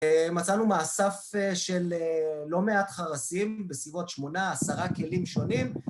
מצאנו מאסף של לא מעט חרסים, בסביבות שמונה עשרה כלים שונים